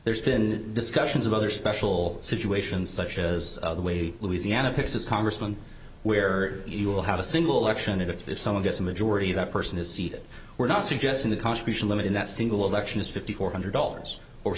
there's been discussions of other special situations such as the way louisiana picks is congressman where you will have a single election if someone gets a majority that person is seated we're not suggesting the contribution limit in that single election is fifty four hundred dollars or